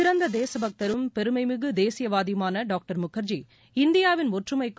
சிறந்த தேசபக்தரும் பெருமைமிகு தேசியவாதியுமான டாங்டர் முகர்ஜி இந்தியாவின் ஒற்றுமைக்கும்